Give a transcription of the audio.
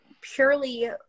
purely